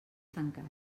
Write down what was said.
tancat